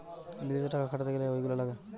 বিদেশে টাকা খাটাতে গ্যালে এইগুলা লাগে